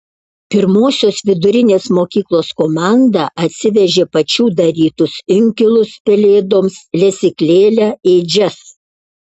pirmosios vidurinės mokyklos komanda atsivežė pačių darytus inkilus pelėdoms lesyklėlę ėdžias